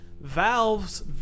Valve's